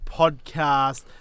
podcast